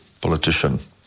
politician